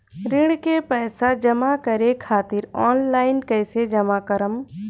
ऋण के पैसा जमा करें खातिर ऑनलाइन कइसे जमा करम?